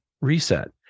reset